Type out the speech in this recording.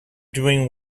doing